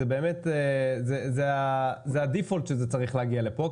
זאת ברירת המחדל שזה צריך להגיע לפה,